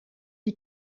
die